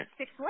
six